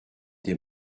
des